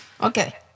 Okay